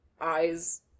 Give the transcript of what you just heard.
eyes